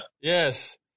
Yes